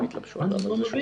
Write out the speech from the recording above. אני לא מבין.